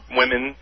women